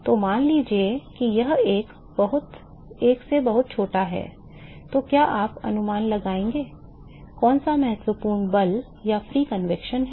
तो मान लीजिए कि यह एक से बहुत छोटा है तो आप क्या अनुमान लगाएंगे कौन सा महत्वपूर्ण बल या मुक्त संवहन है